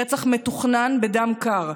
רצח מתוכנן בדם קר,